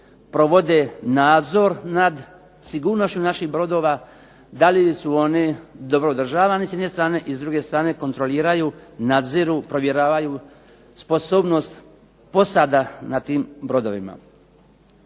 provode nadzor nad sigurnošću naših brodova, da li su oni dobro održavani s jedne strane i s druge strane kontroliraju, nadziru, provjeravaju sposobnost posada na tim brodovima.